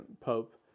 Pope